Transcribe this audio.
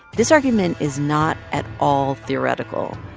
this argument is not at all theoretical.